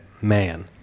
man